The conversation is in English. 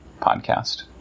Podcast